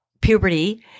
puberty